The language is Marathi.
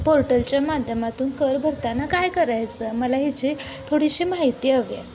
पोर्टलच्या माध्यमातून कर भरताना काय करायचं मला ह्याची थोडीशी माहिती हवी आहे